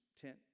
tent